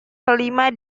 kelima